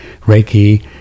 Reiki